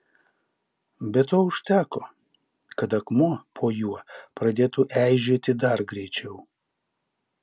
bet to užteko kad akmuo po juo pradėtų eižėti dar greičiau